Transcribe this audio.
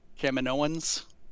Kaminoans